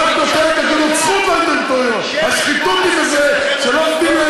מה הסיפור ששר, לא נותנים לו